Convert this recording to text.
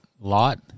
lot